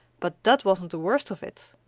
but that wasn't the worst of it!